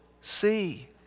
see